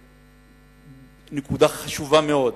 זו נקודה חשובה מאוד,